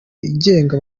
igenga